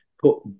put